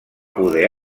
poder